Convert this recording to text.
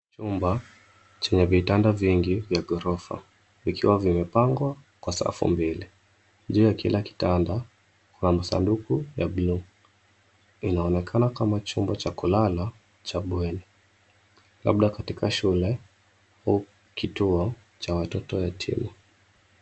Chumba chenye vitanda vingi vya ghorofa , vikiwa vimepangwa kwa safu mbili. Juu ya kila kitanda kuna sanduku ya buluu. Inaonekana kama chumba cha kulala cha bweni. Labda katika shule au kituo cha watoto yatima.